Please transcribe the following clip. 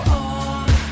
on